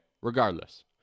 Regardless